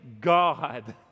God